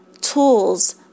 tools